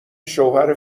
شوهر